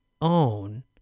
own